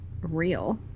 real